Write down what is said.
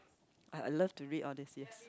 I love to read all this